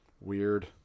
weird